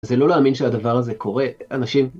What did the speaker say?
זה לא להאמין שהדבר הזה קורה, אנשים...